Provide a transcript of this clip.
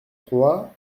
trois